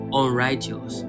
unrighteous